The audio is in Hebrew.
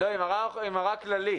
לא, היא מראה כללי.